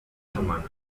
hermanas